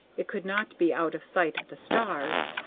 it could not be out of sight of the stars.